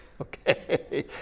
okay